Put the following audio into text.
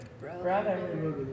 Brother